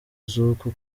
z’uku